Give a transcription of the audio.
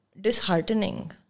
disheartening